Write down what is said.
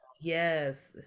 Yes